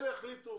אלה יחליטו